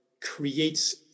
creates